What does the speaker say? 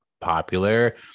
popular